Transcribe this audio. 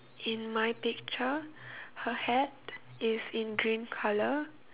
in my picture her hat is in green colour